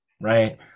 right